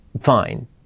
fine